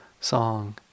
song